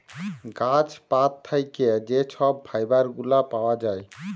গাহাচ পাত থ্যাইকে যে ছব ফাইবার গুলা পাউয়া যায়